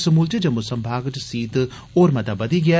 समूलचे जम्मू संभाग च सीत होर मता बधी गेदा ऐ